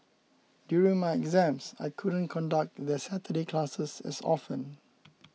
during my exams I couldn't conduct their Saturday classes as often